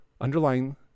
Underlying